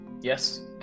Yes